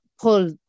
pull